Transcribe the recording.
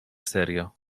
serio